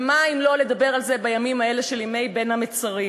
ומה אם לא לדבר על זה בימים האלה של ימי בין המצרים?